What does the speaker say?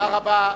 תודה רבה.